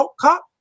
cup